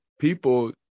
people